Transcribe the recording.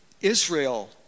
Israel